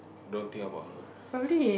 don't think about her